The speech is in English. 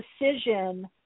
decision